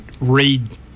read